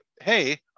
hey